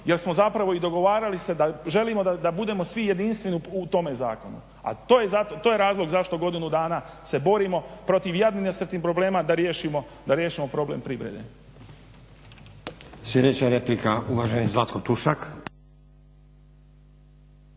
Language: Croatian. jer smo zapravo i dogovarali se da želimo da budemo svi jedinstveni u tome zakonu, a to je razlog zašto godinu dana se borimo protiv jadnih nesretnih problema da riješimo problem privrede.